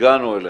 הגענו אליך.